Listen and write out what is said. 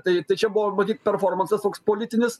tai tai čia buvo matyt performansas toks politinis